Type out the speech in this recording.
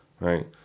right